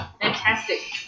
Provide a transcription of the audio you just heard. fantastic